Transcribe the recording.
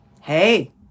Hey